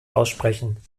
aussprechen